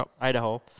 Idaho